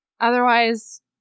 Otherwise